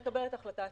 ומקבלת החלטה עצמאית.